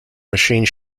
machine